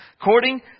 According